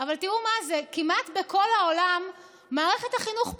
אבל תראו מה זה: כמעט בכל העולם מערכת החינוך פתוחה,